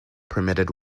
permitted